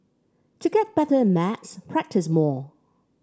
to get better at maths practise more